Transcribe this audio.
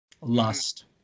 lust